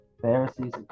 Pharisees